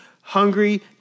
hungry